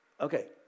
Okay